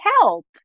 help